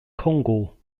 kongo